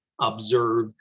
observe